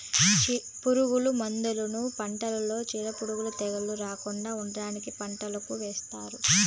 పురుగు మందులను పంటలో చీడపీడలు, తెగుళ్ళు రాకుండా ఉండటానికి పంటకు ఏస్తారు